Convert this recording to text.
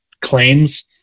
claims